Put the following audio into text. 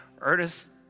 Ernest